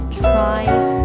tries